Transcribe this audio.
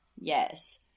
Yes